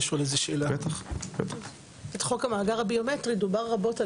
בחוק המאגר הביומטרי דובר רבות על